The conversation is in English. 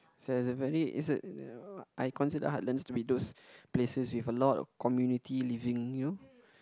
is a is a very is a I consider heartlands to be those places with a lot of community living you know